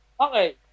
Okay